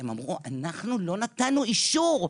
הם אמרו: אנחנו לא נתנו אישור,